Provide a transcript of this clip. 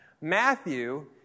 Matthew